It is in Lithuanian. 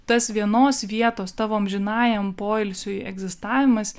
tas vienos vietos tavo amžinajam poilsiui egzistavimas